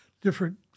Different